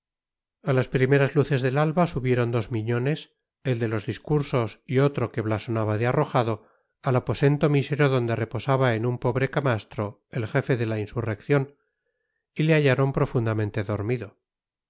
a las primeras luces del alba subieron dos miñones el de los discursos y otro que blasonaba de arrojado al aposento mísero donde reposaba en un pobre camastro el jefe de la insurrección y le hallaron profundamente dormido